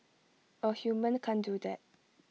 A human can't do that